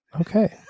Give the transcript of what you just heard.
okay